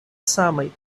samaj